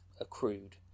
accrued